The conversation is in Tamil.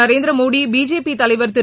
நரேந்திரமோடி பிஜேபி தலைவா் திரு